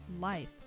life